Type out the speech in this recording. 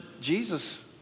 Jesus